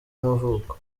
y’amavuko